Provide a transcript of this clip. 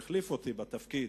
שהחליף אותי בתפקיד,